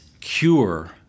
cure